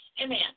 Amen